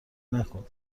نکن